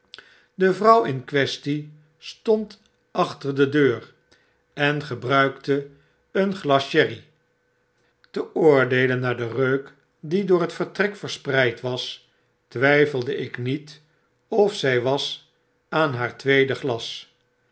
de vrouw in quaestie stond achter de deur en gebruikte een glas sherry te oordeelen naar den reuk diedoor het vertrek verspreid was twijfel ik nietof zy was aan